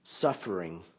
suffering